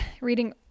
reading